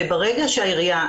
ברגע שהעירייה,